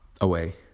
away